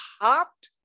hopped